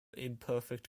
imperfect